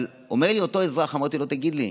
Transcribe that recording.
אבל אומר לי אותו אזרח, אמרתי לו: תגיד לי,